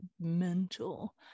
mental